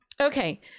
Okay